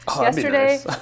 yesterday